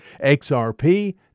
XRP